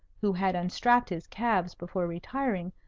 who had unstrapped his calves before retiring,